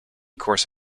course